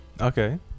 Okay